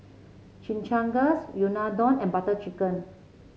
Chimichangas Unadon and Butter Chicken